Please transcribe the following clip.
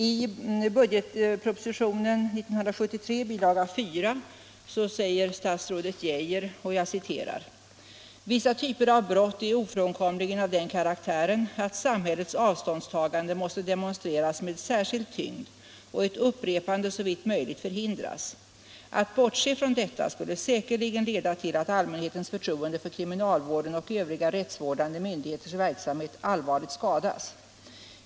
I budgetpropostionen år 1973, Bilaga 4, säger statsrådet Geijer: ”Vissa typer av brott är ofrånkomligen av den karaktären att samhällets avståndstagande måste demonstreras med särskild tyngd och ett upprepande så vitt möjligt förhindras. Att bortse från detta skulle säkerligen leda till att allmänhetens förtroende för kriminalvården och övriga rättsrådande myndigheters verksamhet allvarligt skadas.